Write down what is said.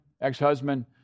ex-husband